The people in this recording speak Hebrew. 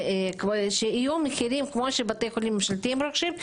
שיהיו מחירים שכמו שבתי החולים הממשלתיים רוכשים,